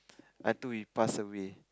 until we pass away